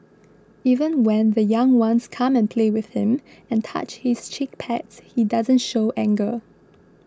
even when the young ones come and play with him and touch his cheek pads he doesn't show anger